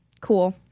cool